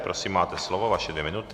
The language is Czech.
Prosím, máte slovo, vaše dvě minuty.